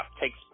takes